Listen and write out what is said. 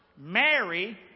Mary